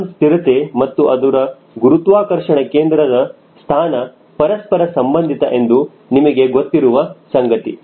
ವಿಮಾನ ಸ್ಥಿರತೆ ಮತ್ತು ಅದರ ಗುರುತ್ವಾಕರ್ಷಣ ಕೇಂದ್ರ ಸ್ಥಾನ ಪರಸ್ಪರ ಸಂಬಂಧಿತ ಎಂದು ನಿಮಗೆ ಗೊತ್ತಿರುವ ಸಂಗತಿ